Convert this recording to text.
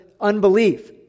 unbelief